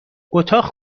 اتاق